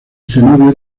cenobio